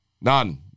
none